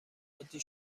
عادی